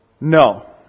No